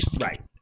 Right